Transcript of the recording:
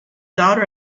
daughter